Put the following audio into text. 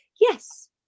yes